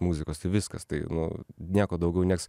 muzikos ir viskas tai nu nieko daugiau nes